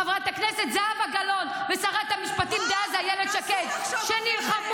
חברת הכנסת זהבה גלאון ושרת המשפטים דאז אילת שקד -- וואו,